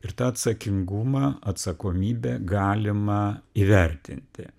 ir tą atsakingumą atsakomybę galima įvertinti